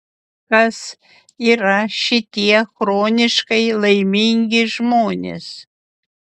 kas yra šitie chroniškai laimingi žmonės